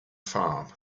farm